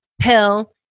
pill